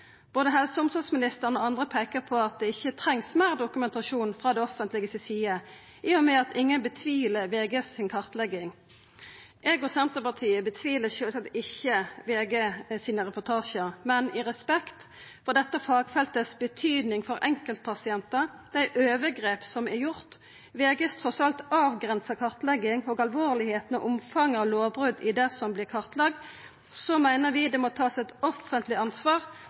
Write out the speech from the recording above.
Både helse- og omsorgsministeren og andre peikar på at ein ikkje treng meir dokumentasjon frå det offentlege si side, sidan ingen tvilar på VG si kartlegging. Eg og Senterpartiet tvilar sjølvsagt ikkje på reportasjane til VG, men i respekt for betydinga som dette fagfeltet har for enkeltpasientar, og for dei overgrepa som er gjorde, og med tanke på den trass i alt avgrensa kartlegginga til VG og alvoret og omfanget av lovbrot i det som har vorte kartlagt, meiner vi at det må takast eit